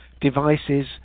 devices